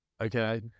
okay